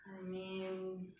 I mean